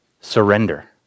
surrender